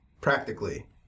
practically